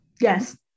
Yes